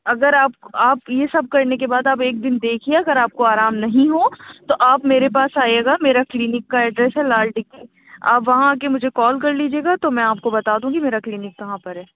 اگر آپ آپ یہ سب کرنے کے بعد آپ ایک دِن دیکھیے اگر آپ کو آرام نہیں ہو تو آپ میرے پاس آئیے گا میرے کلینک کا ایڈرس ہے لال آپ وہاں آ کے مجھے کال کر لیجیے گا تو میں آپ کو بتا دوں گی میرا کلینک کہاں پر ہے